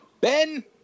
Ben